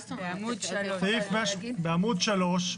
בעמוד 3,